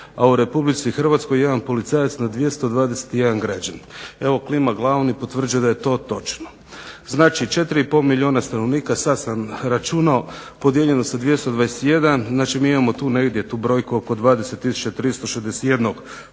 a u Republici Hrvatskoj jedan policajac na 221 građanin. Evo klima glavom i potvrđuje da je to točno. Znači 4,5 milijuna stanovnika sad sam računao, podijeljeno sa 221 znači mi imamo tu negdje tu brojku oko 20361